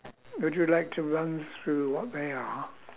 would you like to run through what they are